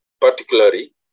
particularly